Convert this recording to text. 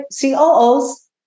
COOs